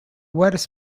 wettest